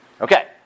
Okay